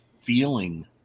feeling